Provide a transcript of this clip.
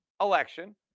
election